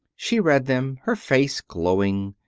she read them, her face glowing.